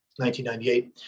1998